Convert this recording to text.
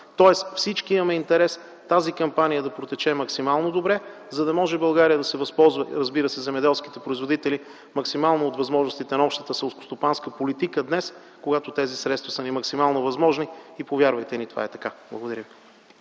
Тоест всички имаме интерес тази кампания да протече максимално добре, за да може България да се възползва, разбира се, земеделските производители, максимално от възможностите на общата селскостопанска политика днес, когато тези средства са ни максимално възможни. И повярвайте ни, това е така. Благодаря.